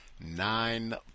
nine